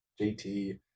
JT